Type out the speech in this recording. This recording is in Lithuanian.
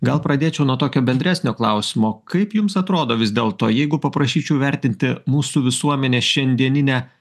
gal pradėčiau nuo tokio bendresnio klausimo kaip jums atrodo vis dėlto jeigu paprašyčiau įvertinti mūsų visuomenės šiandieninę